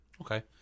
okay